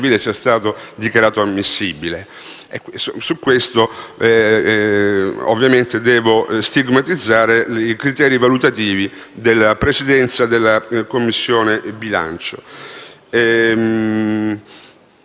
procedura civile, sia stato dichiarato ammissibile? Ovviamente, devo stigmatizzare i criteri valutativi della Presidenza della Commissione bilancio.